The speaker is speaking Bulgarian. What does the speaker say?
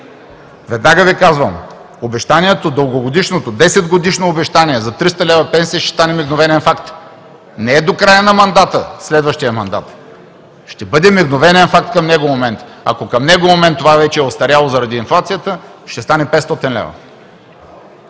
Веднага Ви казвам, дългогодишното обещание – десетгодишно обещание за 300 лв. пенсия, ще стане мигновен факт. Не до края на мандата, следващият мандат ще бъде мигновен факт към него момент. Ако към него момент това вече е остаряло, заради инфлацията ще стане 500 лв.